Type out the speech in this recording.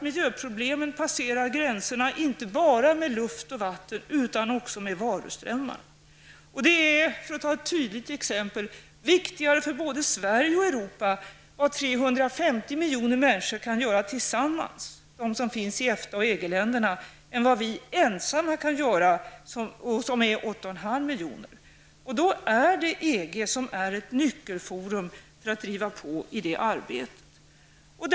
Miljöproblemen passerar gränserna inte bara med luft och vatten, utan även med varuströmmarna. Det är, för att ta ett tydligt exempel, viktigare både för Sverige och Europa vad 350 miljoner kan göra tillsammans -- de som finns i EG och EFTA-länderna -- än vad vi som är 8,5 miljoner ensamma kan göra. För att driva på det arbetet är då EG ett nyckelforum.